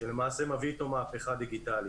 שלמעשה מביא אתו מהפכה דיגיטלית.